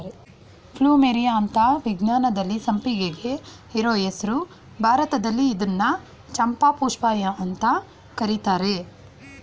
plumeria ಅಂತ ವಿಜ್ಞಾನದಲ್ಲಿ ಸಂಪಿಗೆಗೆ ಇರೋ ಹೆಸ್ರು ಭಾರತದಲ್ಲಿ ಇದ್ನ ಚಂಪಾಪುಷ್ಪ ಅಂತ ಕರೀತರೆ